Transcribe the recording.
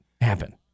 happen